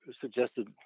suggested